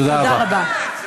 תודה רבה.